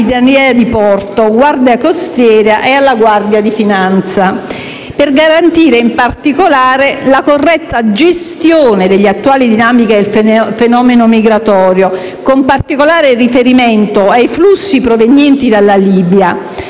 porto, alla Guardia costiera e alla Guardia di finanza, per garantire in particolare la corretta gestione delle attuali dinamiche del fenomeno migratorio, con particolare riferimento ai flussi provenienti dalla Libia,